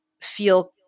feel